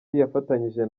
yafatanyije